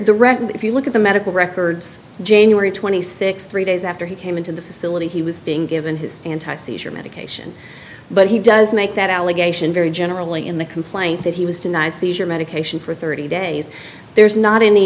record if you look at the medical records january twenty sixth three days after he came into the facility he was being given his anti seizure medication but he does make that allegation very generally in the complaint that he was denied seizure medication for thirty days there's not any